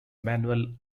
manuel